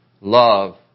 Love